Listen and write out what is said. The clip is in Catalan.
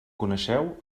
coneixeu